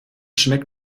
schmeckt